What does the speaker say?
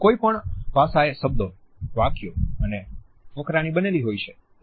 કોઈ પણ ભાષા એ શબ્દો વાક્યો અને ફકરાથી બનેલી હોય છે